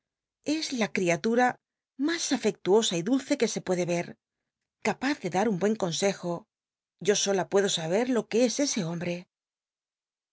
es la criatura mas afectuosa y dulce que se puede cr capaz de dar un buen consejo yo sola puedo saber lo que es ese hombre